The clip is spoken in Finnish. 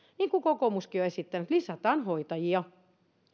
niin kuin kokoomuskin on esittänyt että lisätään hoitajia